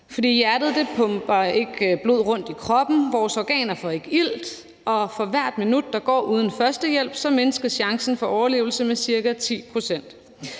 hjertet ikke blod rundt i kroppen, vores organer får ikke ilt, og for hvert minut der går uden førstehjælp, mindskes chancen for overlevelse med ca. 10